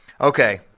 okay